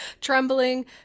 Trembling